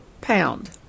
pound